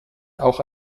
auch